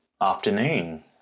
afternoon